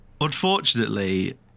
Unfortunately